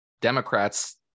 Democrats